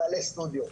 בעלי סטודיו.